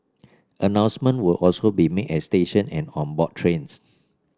announcements will also be made at stations and on board trains